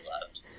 loved